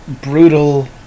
brutal